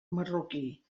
marroquí